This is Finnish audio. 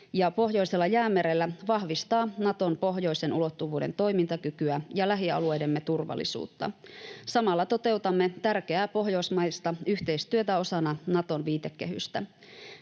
Pohjoisella jäämerellä vahvistaa Naton pohjoisen ulottuvuuden toimintakykyä ja lähialueidemme turvallisuutta. Samalla toteutamme tärkeää pohjoismaista yhteistyötä osana Naton viitekehystä.